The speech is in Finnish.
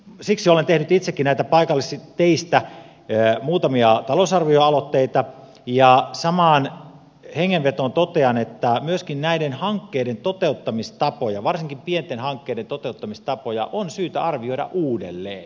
siksi olen tehnyt itsekin näistä paikallisteistä muutamia talousarvioaloitteita ja samaan hengenvetoon totean että myöskin näiden hankkeiden toteuttamistapoja varsinkin pienten hankkeiden toteuttamistapoja on syytä arvioida uudelleen